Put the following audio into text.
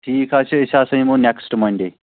ٹھیٖک حظ چھِ أسۍ ہسا یِمو نٮ۪کٕسٹ مَنڈے